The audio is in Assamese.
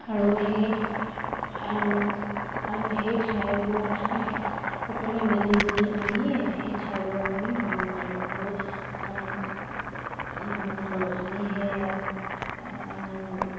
আৰু সেই আৰু আৰু সেই ঠাইবোৰত সকলোৱে মিলি জুলি আমি সেই ঠাইবোৰত আমি ভ্ৰমণ কৰোঁ আৰু ভ্ৰমণ কৰোঁ আমি সেই